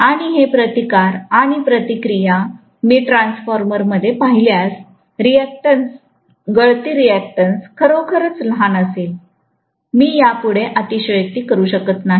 आणि हे प्रतिकार आणि प्रतिक्रिया मी ट्रान्सफॉर्मर मध्ये पाहिल्यास रिऍक्टन्स गळती रिऍक्टन्स खरोखरच लहान असेल मी यापुढे अतिशयोक्ती करू शकत नाही